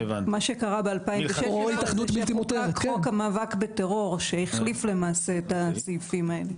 מה שקרה ב-2016 שחוקק חוק המאבק בטרור שהחליף למעשה את הסעיפים האלה.